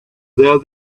there